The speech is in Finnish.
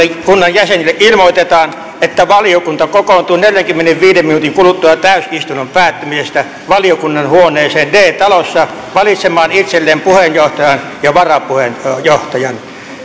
jäsenille ilmoitetaan että valiokunta kokoontuu neljänkymmenenviiden minuutin kuluttua täysistunnon päättymisestä valiokunnan huoneeseen d talossa valitsemaan itselleen puheenjohtajan ja varapuheenjohtajan